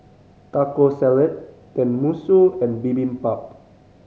Taco Salad Tenmusu and Bibimbap